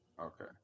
Okay